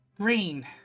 Green